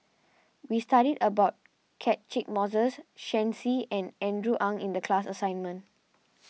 we studied about Catchick Moses Shen Xi and Andrew Ang in the class assignment